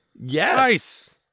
Yes